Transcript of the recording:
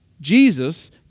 Jesus